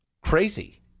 crazy